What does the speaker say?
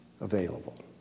available